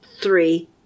three